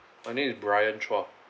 my name is bryan chua